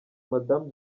madamu